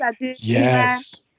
Yes